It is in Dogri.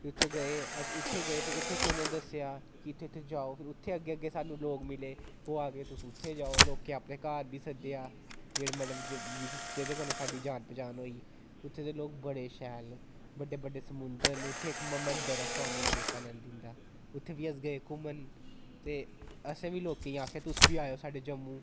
फ्ही उत्थे गे अस उत्थै गे फ्ही उत्थे उत्थे उ'नें दस्सेआ कि इत्थे इत्थे जाओ फ्ही उत्थे अग्गें अग्गें लोक मिले ओह् आखदे तुस उत्थे जाओ लोकें अपने घर बी सद्देआ जेह्ड़े मतलब जेह्दे कन्नै साढ़ी जान पंछान होई उत्थे दे लोक बड़े शैल न बड्डे बड्डे समुंदर न उत्थे इक मंदर ऐ स्वामी विवेकानंद दी दा उत्थे बी गै अस घूमन ते असें बी लोकें गी आखेआ तुस बी आएयो साढ़े जम्मू